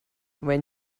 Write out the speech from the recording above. when